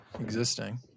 existing